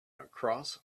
across